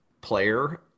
player